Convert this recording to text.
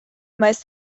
mas